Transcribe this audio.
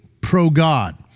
pro-God